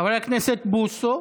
חבר הכנסת בוסו,